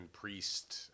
Priest